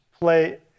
play